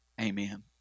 Amen